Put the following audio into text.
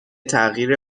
تغییر